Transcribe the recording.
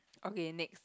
okay next